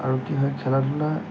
আৰু কি হয় খেলা ধূলা